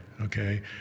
Okay